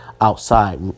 outside